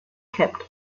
kept